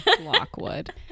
Lockwood